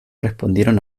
respondieron